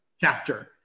chapter